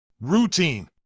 routine